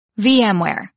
VMware